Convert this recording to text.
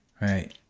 Right